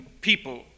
people